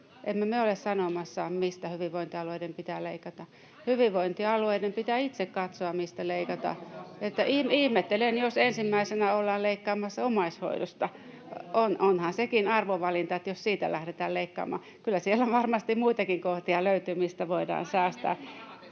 Emme me ole sanomassa, mistä hyvinvointialueiden pitää leikata. [Annika Saarikon välihuuto] Hyvinvointialueiden pitää itse katsoa, mistä leikata. [Antti Kurvinen: Kantakaa vastuuta!] Ihmettelen, jos ensimmäisenä ollaan leikkaamassa omaishoidosta. Onhan sekin arvovalinta, jos siitä lähdetään leikkaamaan. Kyllä siellä varmasti muitakin kohtia löytyy, mistä voidaan säästää: